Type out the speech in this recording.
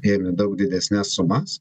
ėmė daug didesnes sumas